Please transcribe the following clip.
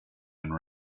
and